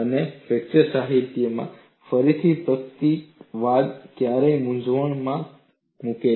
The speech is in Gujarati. અને ફ્રેક્ચર સાહિત્યમાં ફરીથી પ્રતીકવાદ ક્યારેક મૂંઝવણમાં મૂકે છે